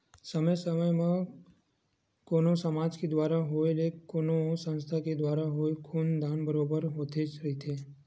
समे समे म कोनो समाज के दुवारा होवय ते कोनो संस्था के दुवारा होवय खून दान बरोबर होतेच रहिथे